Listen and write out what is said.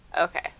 Okay